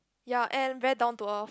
ya and very down to earth